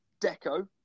Deco